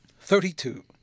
Thirty-two